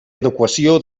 adequació